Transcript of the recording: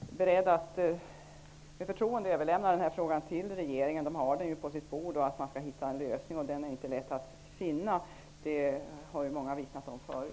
beredd att med förtroende överlämna frågan till regeringen. Man har nu frågan på sitt bord. Det är inte lätt att finna en lösning, och det har många vittnat om förut.